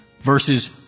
Versus